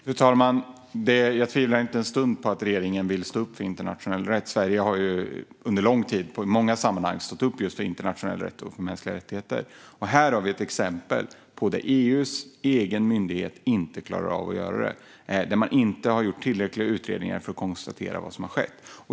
Fru talman! Jag tvivlar inte en stund på att regeringen vill stå upp för internationell rätt. Sverige har under lång tid i många sammanhang stått upp för just för internationell rätt och mänskliga rättigheter. Här har vi ett exempel på där EU:s egen myndighet inte klarar av att göra det. Man har inte gjort tillräckliga utredningar för att konstatera vad som har skett.